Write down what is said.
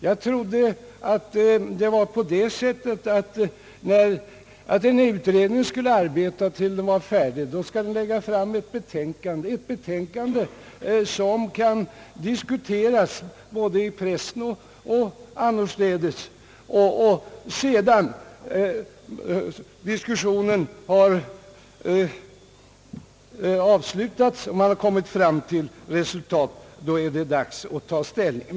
Jag trodde att en utredning skulle arbeta tills den var färdig och lägga fram ett betänkande, som kan diskuteras både i pressen och annorstädes. När sedan diskussionen avslutats och man har nått ett re sultat är det dags att ta ställning.